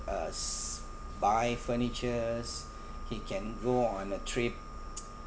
uh s~ buy furnitures he can go on a trip